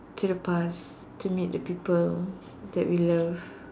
to the past to meet the people that we love